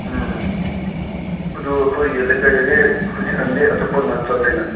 ꯎꯝ ꯑꯗꯨ ꯑꯩꯈꯣꯏꯒꯤ ꯂꯩꯀꯥꯏꯗꯗꯤ ꯍꯧꯖꯤꯛ ꯀꯥꯟꯗꯤ ꯑꯆꯥꯄꯣꯠꯅ ꯆꯠꯂꯦꯅꯦ